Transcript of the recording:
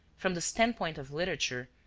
from the standpoint of literature,